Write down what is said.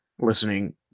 listening